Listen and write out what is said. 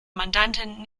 mandantin